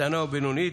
קטנה ובינונית,